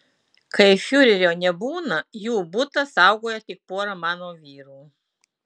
kai fiurerio nebūna jų butą saugoja tik pora mano vyrų